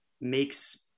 makes